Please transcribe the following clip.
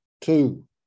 Two